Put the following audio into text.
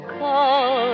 call